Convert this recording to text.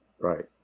Right